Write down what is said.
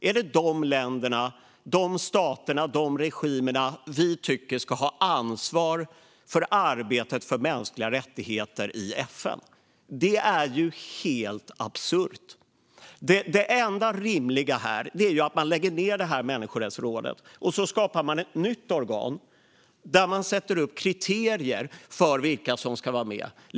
Är det dessa länder, dessa stater och dessa regimer som vi tycker ska ha ansvar för arbetet för mänskliga rättigheter i FN? Det är ju helt absurt. Det enda rimliga är att man lägger ned detta människorättsråd och skapar ett nytt organ där man sätter upp kriterier för vilka som ska vara med.